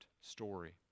story